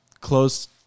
close